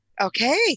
okay